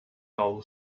dull